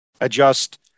adjust